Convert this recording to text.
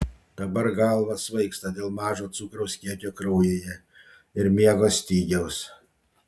dabar galva svaigsta dėl mažo cukraus kiekio kraujyje ir miego stygiaus